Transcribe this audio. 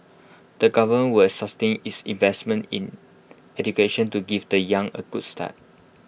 the government will sustain its investments in education to give the young A good start